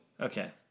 Okay